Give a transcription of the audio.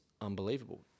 unbelievable